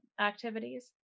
activities